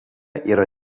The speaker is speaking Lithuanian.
yra